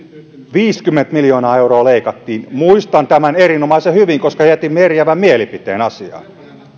viisikymmentä miljoonaa euroa leikattiin muistan tämän erinomaisen hyvin koska jätimme eriävän mielipiteen asiaan